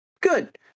good